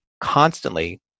constantly